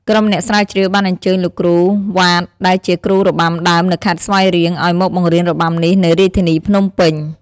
ក្រុមអ្នកស្រាវជ្រាវបានអញ្ជើញលោកគ្រូ វ៉ាត ដែលជាគ្រូរបាំដើមនៅខេត្តស្វាយរៀង ឱ្យមកបង្រៀនរបាំនេះនៅរាជធានីភ្នំពេញ។